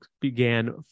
began